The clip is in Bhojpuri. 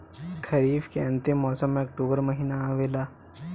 खरीफ़ के अंतिम मौसम में अक्टूबर महीना आवेला?